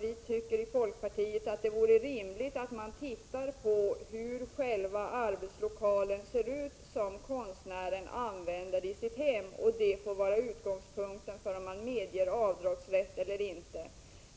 Vi tycker i folkpartiet att det vore rimligt att kontrollera hur själva arbetslokalen ser ut som konstnären använder i sitt hem och att den kontrollen får vara utgångspunkt för om man medger avdragsrätt eller inte.